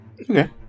Okay